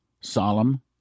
solemn